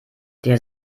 der